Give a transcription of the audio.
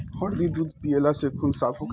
हरदी दूध पियला से खून साफ़ होखेला